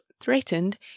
threatened